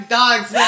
dogs